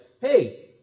hey